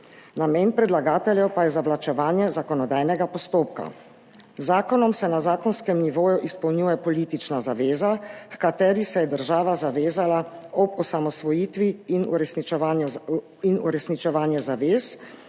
Namen predlagateljev pa je zavlačevanje zakonodajnega postopka. Z zakonom se na zakonskem nivoju izpolnjuje politična zaveza, h kateri se je država zavezala ob osamosvojitvi, in uresničevanje zavez,